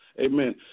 Amen